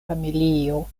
familio